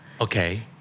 Okay